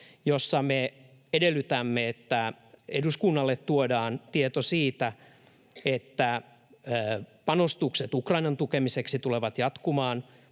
joissa me edellytämme, että eduskunnalle tuodaan tieto siitä, että panostukset Ukrainan tukemiseksi tulevat jatkumaan,